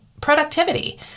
productivity